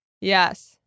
Yes